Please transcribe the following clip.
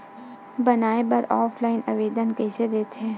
बनाये बर ऑफलाइन आवेदन का कइसे दे थे?